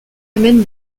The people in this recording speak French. amène